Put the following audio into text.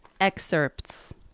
Excerpts